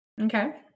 Okay